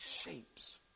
shapes